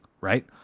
right